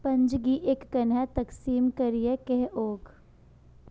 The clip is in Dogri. पंज गी इक कन्नै तकसीम करियै केह् औग